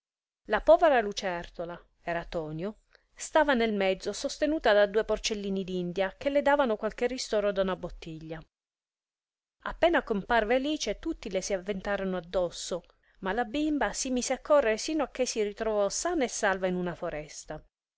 la povera lucertola era tonio stava nel mezzo sostenuta da due porcellini d'india che le davano qualche ristoro da una bottiglia appena comparve alice tutti le si avventarono addosso ma la bimba si mise a correre sino a che si ritrovò sana e salva in una foresta